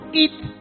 eat